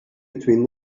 between